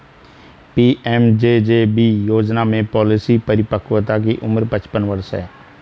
PMJJB योजना में policy परिपक्वता की उम्र पचपन वर्ष है